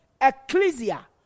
Ecclesia